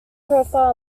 profile